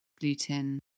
gluten